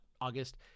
August